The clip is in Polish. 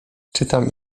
czytam